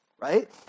right